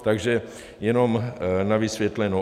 Takže jenom na vysvětlenou.